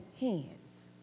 hands